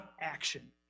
action